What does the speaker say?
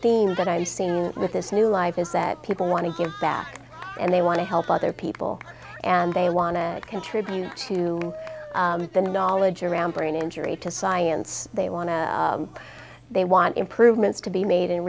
theme that i've seen with this new life is that people want to give back and they want to help other people and they want to contribute to the knowledge around brain injury to science they want to they want improvements to be made